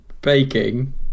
baking